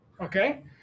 Okay